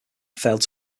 failed